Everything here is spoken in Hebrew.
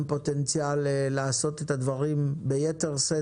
הן פוטנציאל לעשות את הדברים ביתר שאת